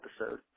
episode